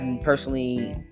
personally